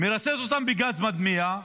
מרסס אותם בגז מדמיע,